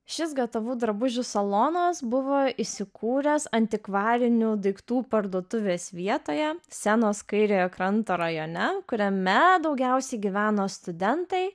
šis gatavų drabužių salonas buvo įsikūręs antikvarinių daiktų parduotuvės vietoje senos kairiojo kranto rajone kuriame daugiausiai gyveno studentai